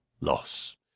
loss